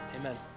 Amen